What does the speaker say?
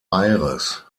aires